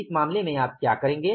इस मामले में आप क्या करेंगे